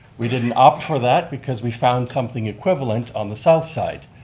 we didn't opt for that because we found something equivalent on the south side,